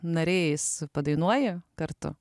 nariais padainuoji kartu